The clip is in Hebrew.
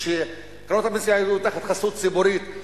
כשקרנות הפנסיה היו תחת חסות ציבורית,